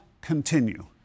continue